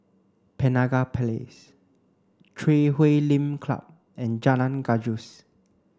Penaga Place Chui Huay Lim Club and Jalan Gajus